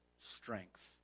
strength